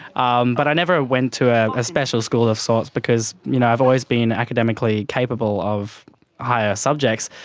um but i never went to a special school of sorts because you know i've always been academically capable of higher subjects,